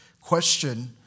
question